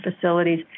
facilities